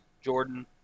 Jordan